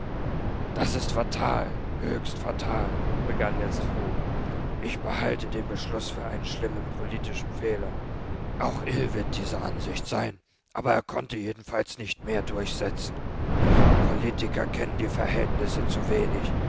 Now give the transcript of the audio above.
das ist fatal höchst fatal begann jetzt fru ich halte den beschluß für einen schlimmen politischen fehler auch ill wird dieser ansicht sein aber er konnte jedenfalls nicht mehr durchsetzen unsre politiker kennen die verhältnisse zu wenig